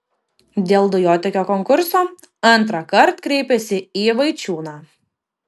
dėl dujotiekio konkurso antrąkart kreipėsi į vaičiūną